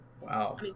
Wow